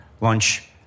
Lunch